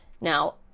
Now